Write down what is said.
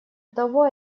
того